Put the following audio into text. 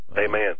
Amen